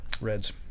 Reds